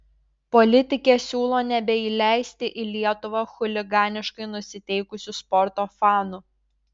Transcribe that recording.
politikė siūlo nebeįleisti į lietuvą chuliganiškai nusiteikusių sporto fanų